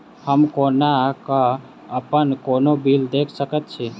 हम कोना कऽ अप्पन कोनो बिल देख सकैत छी?